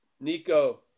Nico